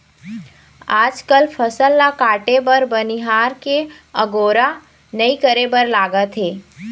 आजकाल फसल ल काटे बर बनिहार के अगोरा नइ करे बर लागत हे